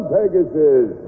Pegasus